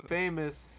famous